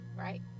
right